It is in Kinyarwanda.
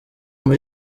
muri